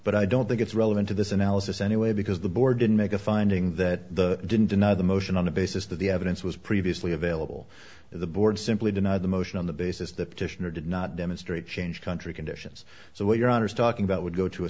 but i don't think it's relevant to this analysis anyway because the board didn't make a finding that didn't deny the motion on the basis that the evidence was previously available the board simply denied the motion on the basis that petitioner did not demonstrate change country conditions so what your honor is talking about would go to a